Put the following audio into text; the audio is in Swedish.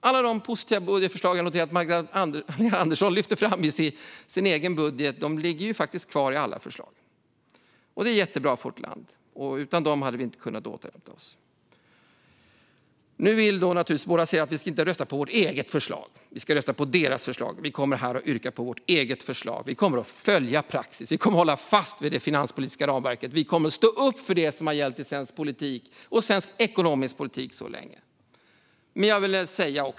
Alla de positiva budgetförslag som Magdalena Andersson lyfte fram i sin egen budget ligger kvar i alla förslagen. Det är jättebra för vårt land. Utan dem hade vi inte kunnat återhämta oss. Nu säger några att vi inte ska rösta på vårt eget förslag, utan vi ska rösta på deras förslag. Vi kommer här att yrka på vårt eget förslag. Vi kommer att följa praxis. Vi kommer att hålla fast vid det finanspolitiska ramverket. Vi kommer att stå upp för det som har gällt i svensk politik och svensk ekonomisk politik så länge.